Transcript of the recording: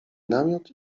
namiot